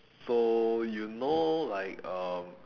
so you know like um